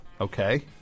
Okay